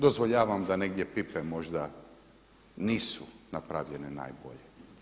Dozvoljavam da negdje … [[Govornik se ne razumije]] možda nisu napravljene najbolje.